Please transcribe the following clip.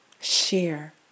share